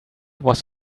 was